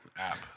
app